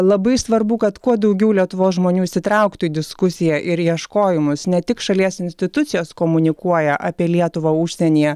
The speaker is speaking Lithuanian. labai svarbu kad kuo daugiau lietuvos žmonių įsitrauktų į diskusiją ir ieškojimus ne tik šalies institucijos komunikuoja apie lietuvą užsienyje